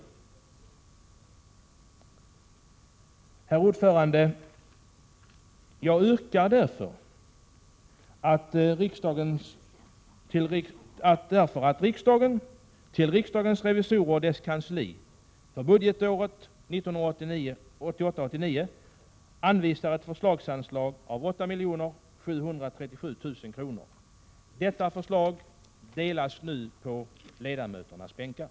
Herr talman! Jag yrkar därför att riksdagen till Riksdagens revisorer och deras kansli för budgetåret 1988/89 anvisar ett förslagsanslag av 8 737 000 kr. Detta särskilda yrkande delas nu på ledamöternas bänkar.